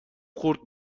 خورد